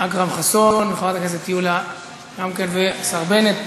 אכרם חסון, חברת הכנסת יוליה גם כן, והשר בנט.